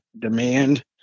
demand